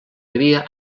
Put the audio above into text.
havia